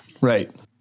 Right